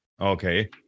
okay